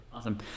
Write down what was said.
Awesome